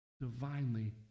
divinely